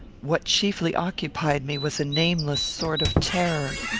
what chiefly occupied me was a nameless sort of terror.